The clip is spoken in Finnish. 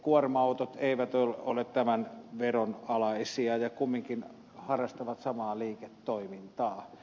kuorma autot eivät ole tämän veron alaisia ja kumminkin harrastavat samaa liiketoimintaa